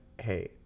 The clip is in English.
hey